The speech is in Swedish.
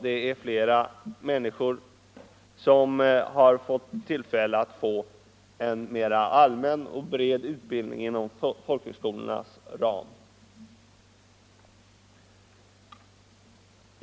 Det är många människor som haft tillfälle att få en mer allmän och bred utbildning inom folkhögskolornas ram.